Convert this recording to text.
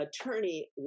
attorney